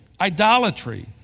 idolatry